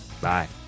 Bye